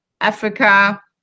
Africa